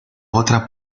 otra